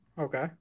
Okay